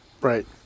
Right